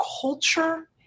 culture